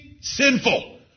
sinful